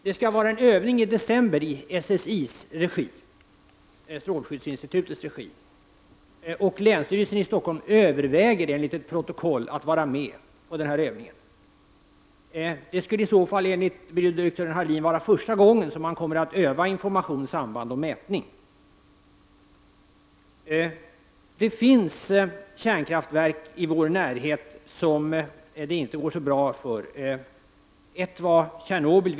Det skall i december ske en övning i SSIs, strålskyddsinstitutets, regi. Länsstyrelsen i Stockholm överväger enligt ett protokoll att vara med på denna övning. Det skulle i så fall enligt byrådirektör Hallin vara första gången som man kommer att öva information, samband och mätning. Det finns kärnkraftverk i vår närhet som det inte går så bra för. Ett sådant kärnkraftverk var Tjernobyl.